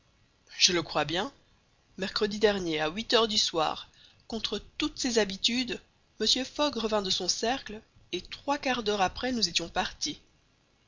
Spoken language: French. je le crois bien mercredi dernier à huit heures du soir contre toutes ses habitudes mr fogg revint de son cercle et trois quarts d'heure après nous étions partis